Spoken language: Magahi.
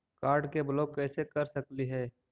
कार्ड के ब्लॉक कैसे कर सकली हे?